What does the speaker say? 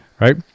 Right